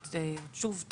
שוב,